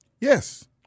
Yes